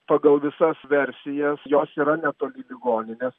pagal visas versijas jos yra netoli ligoninės